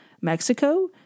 Mexico